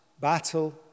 battle